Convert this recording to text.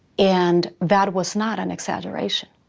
and that was not an exaggeration.